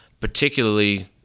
particularly—